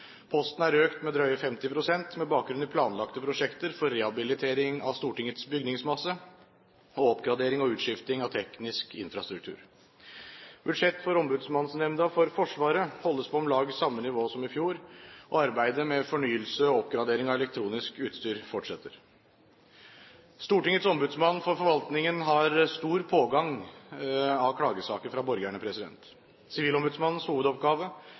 Posten er økt med drøye 50 pst., med bakgrunn i planlagte prosjekter for rehabilitering av Stortingets bygningsmasse og oppgradering og utskifting av teknisk infrastruktur. Budsjettet for Ombudsmannsnemnda for Forsvaret holdes på om lag samme nivå som i fjor, og arbeidet med fornyelse og oppgradering av elektronisk utstyr fortsetter. Stortingets ombudsmann for forvaltningen har stor pågang av klagesaker fra borgerne. Sivilombudsmannens hovedoppgave